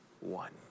one